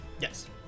Yes